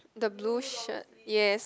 the blue shirt yes